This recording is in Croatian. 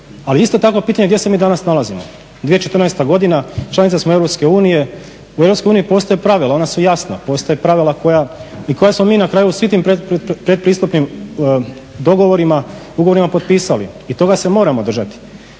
Ali je isto tako pitanje gdje se mi danas nalazimo? 2014. godina, članica smo EU, u EU postoje pravila, ona su jasna. Postoje pravila koja smo mi na kraju u svim tim pretpristupnim dogovorima, ugovorima potpisali i toga se moramo držati.